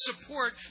support